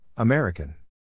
American